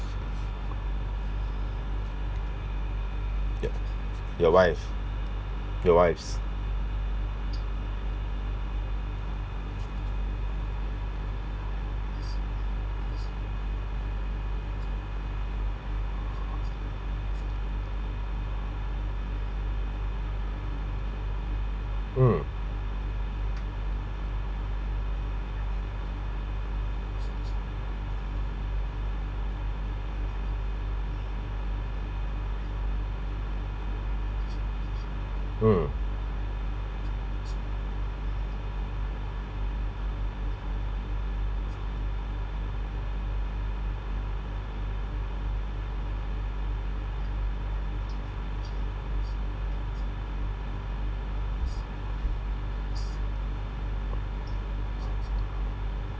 yup your wife your wives mm mm